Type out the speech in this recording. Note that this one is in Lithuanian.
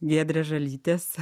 giedrės žalytės